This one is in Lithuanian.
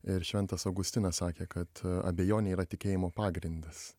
ir šventas augustinas sakė kad abejonė yra tikėjimo pagrindas